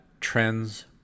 trends